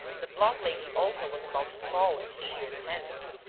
the blonde lady also was about to fall into shears's hands.